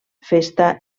festa